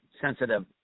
sensitive